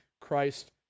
Christ